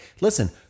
listen